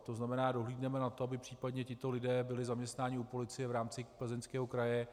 To znamená, dohlédneme na to, aby případně tito lidé byli zaměstnáni u policie v rámci Plzeňského kraje.